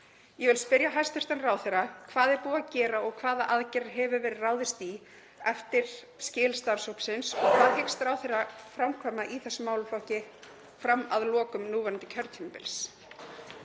Ég vil spyrja hæstv. ráðherra: Hvað er búið að gera og hvaða aðgerðir hefur verið ráðist í eftir skil starfshópsins? Hvað hyggst ráðherra framkvæma í þessum málaflokki fram að lokum núverandi kjörtímabils?